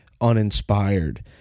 uninspired